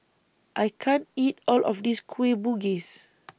I can't eat All of This Kueh Bugis